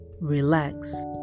relax